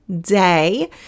day